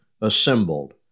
assembled